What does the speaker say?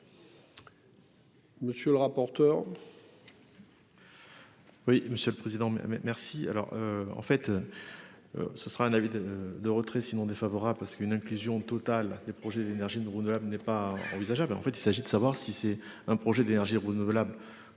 Monsieur le rapporteur.